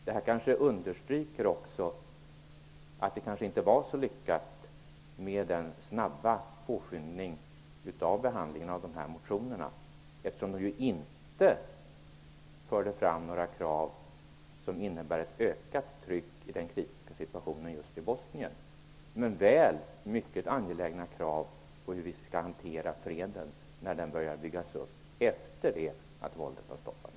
Det här kanske också understryker att det inte var så lyckat med att skynda på behandlingen av motionerna i frågan. Vi förde ju inte fram några krav som innebär ett ökat tryck i den kritiska situationen just i Bosnien, men väl mycket angelägna krav på hur vi skall hantera freden när den börjar byggas upp efter det att våldet har stoppats.